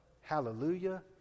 hallelujah